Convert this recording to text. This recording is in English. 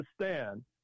understand